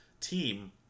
team